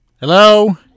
Hello